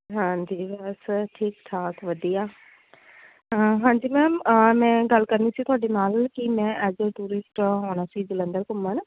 ਹਾਂਜੀ ਬਸ ਠੀਕ ਠਾਕ ਵਧੀਆ ਹਾਂਜੀ ਮੈਮ ਮੈਂ ਗੱਲ ਕਰਨੀ ਸੀ ਤੁਹਾਡੇ ਨਾਲ ਕਿ ਮੈਂ ਐਜ ਅ ਟੂਰਿਸਟ ਆਉਣਾ ਸੀ ਜਲੰਧਰ ਘੁੰਮਣ